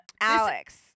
alex